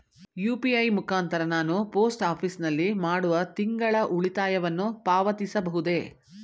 UPI ಮುಖಾಂತರ ನಾನು post office ನಲ್ಲಿ ಮಾಡುವ ತಿಂಗಳ ಉಳಿತಾಯವನ್ನು ಪಾವತಿಸಬಹುದೇ?